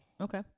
okay